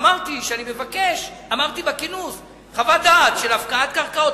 אמרתי בכינוס שאני מבקש חוות דעת על הפקעת קרקעות,